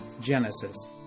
Genesis